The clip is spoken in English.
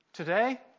Today